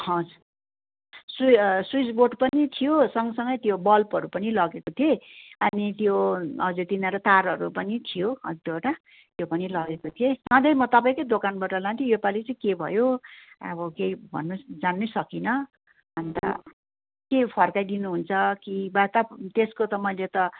हजुर सुइ switch board पनि थियो सँगसँगै त्यो बल्बहरू पनि लगेको थिएँ अनि त्यो हजुर तिनीहरू तारहरू पनि थियो एक दुइवटा त्यो पनि लगेको थिएँ सधैँ म तपाईँकै दोकानबाट लान्थेँ योपालि चाहिँ के भयो अब केही भन्नु जान्नै सकिनँ अन्त के फर्काइदिनु हुन्छ कि बा त त्यसको त मैले त